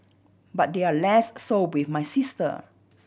but they're less so with my sister